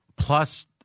plus